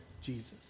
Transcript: Jesus